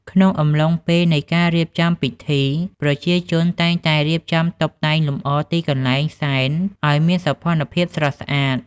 ក្នុងអំឡុងពេលនៃការរៀបចំពិធី ប្រជាជនតែងតែរៀបចំតុបតែងលម្អទីកន្លែងសែនឲ្យមានសោភ័ណភាពស្រស់ស្អាត។